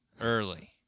early